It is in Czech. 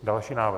Další návrh.